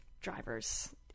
drivers